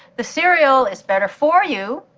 the cereal is better for you,